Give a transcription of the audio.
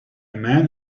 man